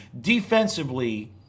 defensively